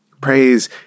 Praise